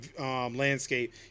landscape